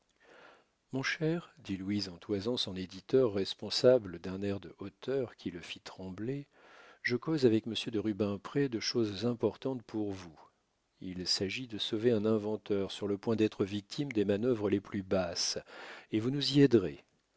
mon cher dit louise en toisant son éditeur responsable d'un air de hauteur qui le fit trembler je cause avec monsieur de rubembré de choses importantes pour vous il s'agit de sauver un inventeur sur le point d'être victime des manœuvres les plus basses et vous nous y aiderez